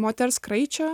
moters kraičio